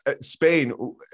Spain